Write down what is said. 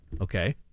okay